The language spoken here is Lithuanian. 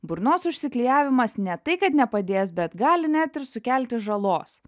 burnos užsiklijavimas ne tai kad nepadės bet gali net ir sukelti žalos